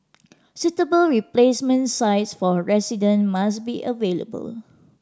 suitable replacement sites for resident must be available